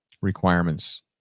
requirements